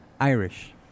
Irish